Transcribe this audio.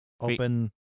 open